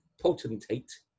potentate